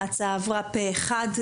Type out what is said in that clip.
הצבעה אושר ההצעה עברה פה אחד,